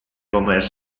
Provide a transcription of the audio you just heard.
come